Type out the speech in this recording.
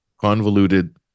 convoluted